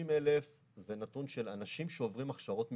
60,000 זה נתון של אנשים שעוברים הכשרות מקצועיות.